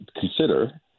consider –